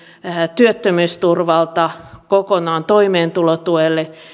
työttömyysturvalta kokonaan toimeentulotuelle